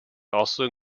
also